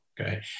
okay